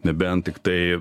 nebent tiktai